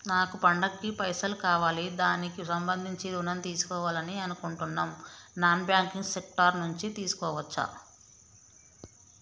నాకు పండగ కి పైసలు కావాలి దానికి సంబంధించి ఋణం తీసుకోవాలని అనుకుంటున్నం నాన్ బ్యాంకింగ్ సెక్టార్ నుంచి తీసుకోవచ్చా?